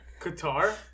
Qatar